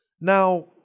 Now